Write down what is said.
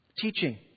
teaching